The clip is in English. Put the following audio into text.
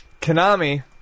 Konami